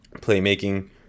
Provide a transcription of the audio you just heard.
playmaking